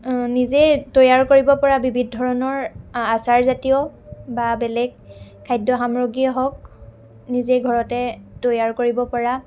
নিজেই তৈয়াৰ কৰিব পৰা বিবিধ ধৰণৰ আচাৰ জাতীয় বা বেলেগ খাদ্য সামগ্ৰীয়ে হওক নিজেই ঘৰতে তৈয়াৰ কৰিব পৰা